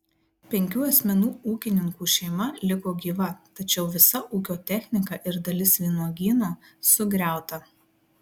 penkių asmenų ūkininkų šeima liko gyva tačiau visa ūkio technika ir dalis vynuogyno sugriauta